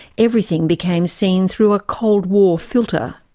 everything became seen through a cold war filter.